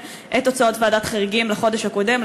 את הוצאות ועדת החריגים לחודש הקודם,